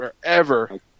forever